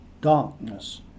darkness